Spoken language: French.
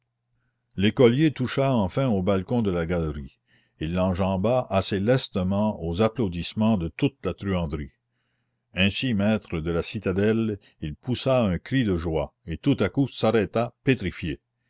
l'illusion l'écolier toucha enfin au balcon de la galerie et l'enjamba assez lestement aux applaudissements de toute la truanderie ainsi maître de la citadelle il poussa un cri de joie et tout à coup s'arrêta pétrifié